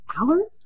hour